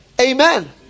Amen